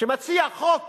שמציע חוק